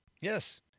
Yes